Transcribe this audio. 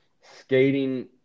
Skating